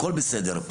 הכול בסדר,